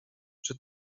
czy